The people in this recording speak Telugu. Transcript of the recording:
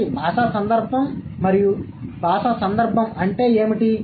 ఒకటి భాషా సందర్భం మరియు భాషా సందర్భం అంటే ఏమిటి